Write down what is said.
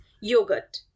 yogurt